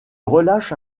relâche